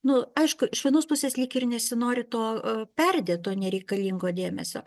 nu aišku iš vienos pusės lyg ir nesinori to perdėto nereikalingo dėmesio